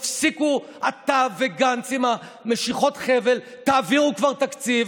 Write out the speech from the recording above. תפסיקו אתה וגנץ עם משיכות החבל ותעבירו כבר תקציב.